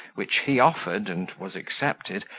which he offered, and was accepted,